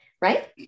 right